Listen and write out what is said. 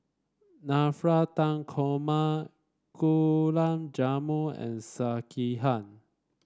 Navratan Korma Gulan Jamun and Sekihan